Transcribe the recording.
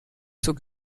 zur